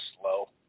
slow